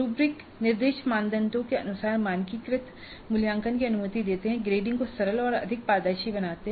rubric निर्दिष्ट मानदंडों के अनुसार मानकीकृत मूल्यांकन की अनुमति देते हैं ग्रेडिंग को सरल और अधिक पारदर्शी बनाना